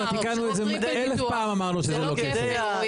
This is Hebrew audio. כבר תיקנו את זה, אלף פעם אמרנו שזה לא כפל.